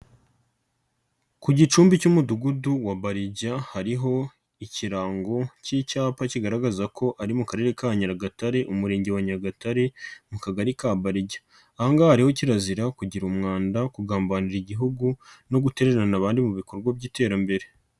Ku gicumbi cy'Umudugudu wa Barija hariho ikirango cy'icyapa kigaragaza ko ari mu Akarere ka Nyagatare, Umurenge wa Nyagatare mu kagari ka Barija, angaha reho kirazira kugira umwanda no kugambanira Igihugu no gutererana abari mu bikorwa by'iterambere.